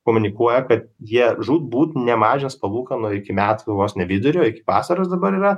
komunikuoja kad jie žūtbūt nemažins palūkanų iki metų vos ne vidurio iki vasaros dabar yra